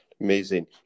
Amazing